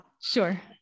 sure